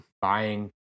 buying